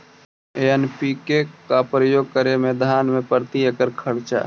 NPK का प्रयोग करे मे धान मे प्रती एकड़ खर्चा?